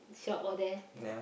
shop all there